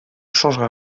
changera